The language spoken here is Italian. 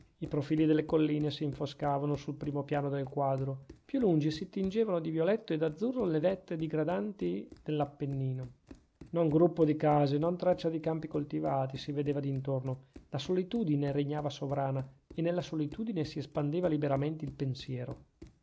i profili delle colline s'infoscavano sul primo piano del quadro più lungi si tingevano di violetto e d'azzurro le vette digradanti dell'appennino non gruppo di case non traccia di campi coltivati si vedeva d'intorno la solitudine regnava sovrana e nella solitudine si espandeva liberamente il pensiero